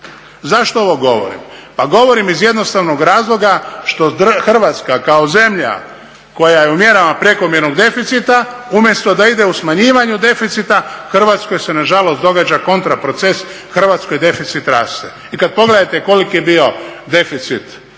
Zašto ovo govorim? Pa govorim iz jednostavnog razloga što Hrvatska kao zemlja koja je u mjerama prekomjernog deficita umjesto da ide u smanjivanju deficita, Hrvatskoj se nažalost događa kontraproces Hrvatskoj deficit raste. I kada pogledate koliki je bio deficit prošle